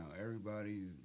everybody's